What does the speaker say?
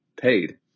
paid